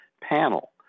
panel